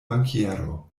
bankiero